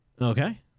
Okay